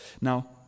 Now